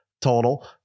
total